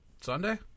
Sunday